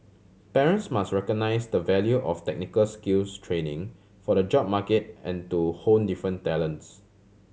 parents must recognise the value of technical skills training for the job market and to hone different talents